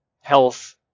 health